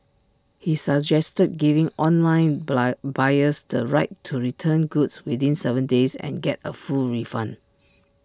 he suggested giving online buyers the right to return goods within Seven days and get A full refund